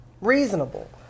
reasonable